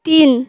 তিন